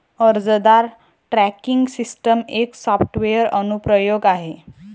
अर्जदार tracking system एक software अनुप्रयोग आहे